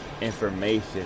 information